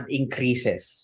increases